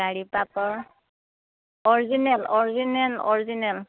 গাৰি পাটৰ original original original